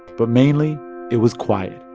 but mainly it was quiet.